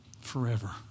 forever